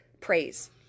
praise